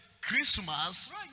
Christmas